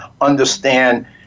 understand